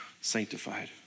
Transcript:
sanctified